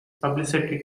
publicity